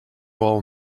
all